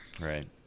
right